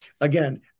Again